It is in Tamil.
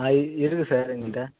அது இருக்குது சார் எங்கள்கிட்ட